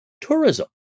Tourism